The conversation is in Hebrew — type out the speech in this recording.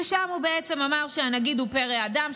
שם הוא בעצם אמר שהנגיד הוא פרא אדם,